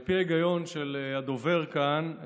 על פי ההיגיון של הדובר כאן,